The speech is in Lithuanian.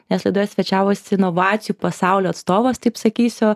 nes laidoje svečiavosi inovacijų pasaulio atstovas taip sakysiu